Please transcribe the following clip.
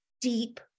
deep